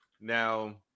Now